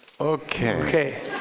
okay